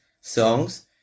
songs